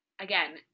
again